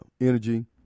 energy